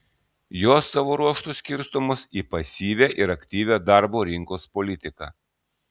jos savo ruožtu skirstomos į pasyvią ir aktyvią darbo rinkos politiką